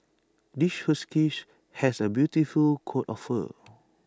this has A beautiful coat of fur